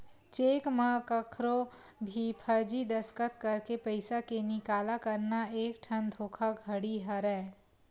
cheque म कखरो भी फरजी दस्कत करके पइसा के निकाला करना एकठन धोखाघड़ी हरय